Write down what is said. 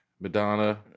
Madonna